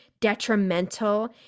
detrimental